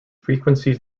frequencies